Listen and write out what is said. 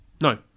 No